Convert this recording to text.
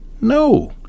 No